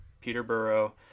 peterborough